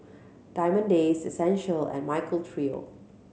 Diamond Days Essential and Michael Trio